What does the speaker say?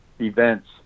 events